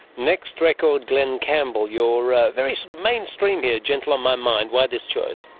next record, glen campbell. you're ah very sort of mainstream here, gentle on my mind. why this choice?